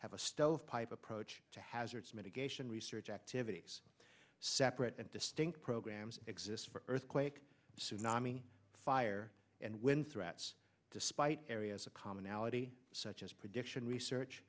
have a stovepipe approach to hazardous mitigation research activities separate and distinct programs exist for earthquake tsunami fire and when threats despite areas of commonality such as prediction research